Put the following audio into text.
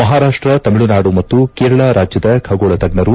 ಮಹಾರಾಷ್ಸ ತಮಿಳುನಾಡು ಮತ್ತು ಕೇರಳ ರಾಜ್ಯದ ಖಗೋಳ ತಜ್ಞರು